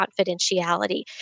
confidentiality